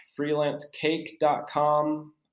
FreelanceCake.com